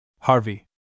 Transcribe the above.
Harvey